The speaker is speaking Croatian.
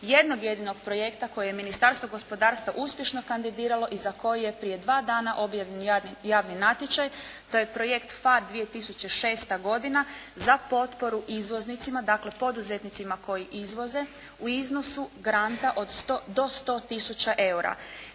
jednog jedinog projekta koji je Ministarstvo gospodarstva uspješno kandidiralo i za koje je prije dva dana objavljen javni natječaj. To je projekt FAR 2006. godina, za potporu izvoznicima, dakle, poduzetnicima koji izvoze u iznosu granta do 100 tisuća eura.